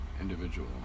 individual